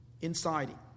inside